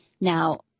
Now